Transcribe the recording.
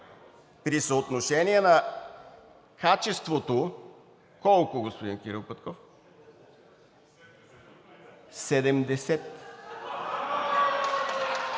при съотношение на качеството, колко, господин Кирил Петков?